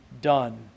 done